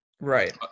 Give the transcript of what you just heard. Right